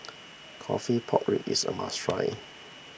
Coffee Pork Ribs is a must try